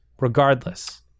Regardless